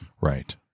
Right